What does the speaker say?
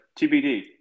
TBD